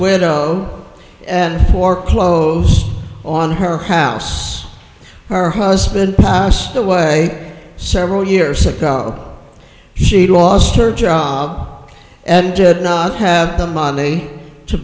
widow and foreclosed on her house her husband passed away several years ago she lost her job and did not have the money to